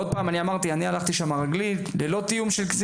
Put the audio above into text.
כי שוב, אני הלכתי שם ברגל, גם עם ילדיי.